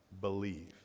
believe